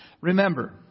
Remember